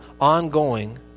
ongoing